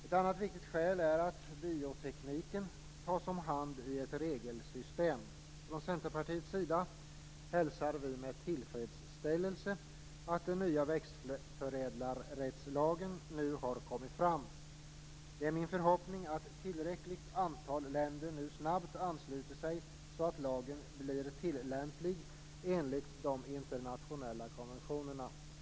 Ett annat viktigt skäl är att biotekniken tas om hand i ett regelsystem. Från Centerpartiets sida hälsar vi med tillfredsställelse att den nya växtförädlarrättslagen nu har kommit fram. Det är min förhoppning att ett tillräckligt antal länder snabbt ansluter sig så att lagen blir tillämplig enligt den internationella konventionen.